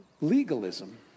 legalism